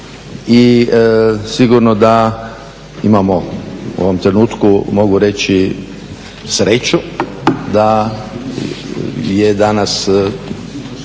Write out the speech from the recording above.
I sigurno da imamo u ovom trenutku mogu reći sreću da je danas